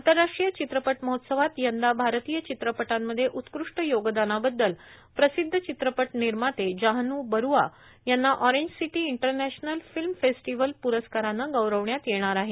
आंतरराष्ट्रीय चित्रपट महोत्सवात यंदा भारतीय चित्रपटांमध्ये उत्क्रष्ट योगदानाबद्दल प्रसिद्ध चित्रपट निर्माते जाहन्र बरूआ यांना orange city international film festival प्रस्कारानं गौरविण्यात येणार आहे